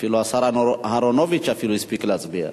אפילו השר אהרונוביץ הספיק להצביע.